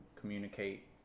communicate